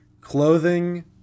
clothing